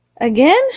Again